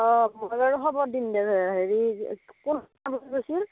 অঁ মই বাৰু খবৰ দিম দে হেৰি কোন যাব বুলি কৈছিল